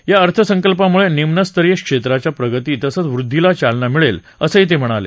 या अर्थसंकल्पामुळे निम्नस्तरीय क्षेत्राच्या प्रगती तसंच वृध्दीला चालना मिळेल असंही ते म्हणाले